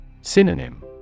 Synonym